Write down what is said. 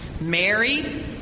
Mary